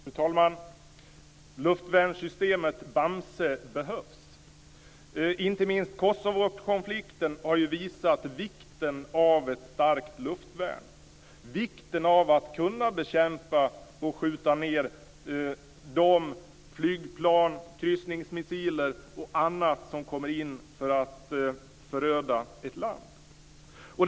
Fru talman! Luftvärnssystemet Bamse behövs. Inte minst Kosovokonflikten har visat vikten av ett starkt luftvärn och vikten av att kunna bekämpa och skjuta ned de flygplan och kryssningsmissiler och annat som kommer in över ett land för att föröda det.